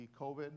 COVID